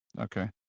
Okay